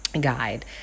guide